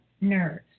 nerves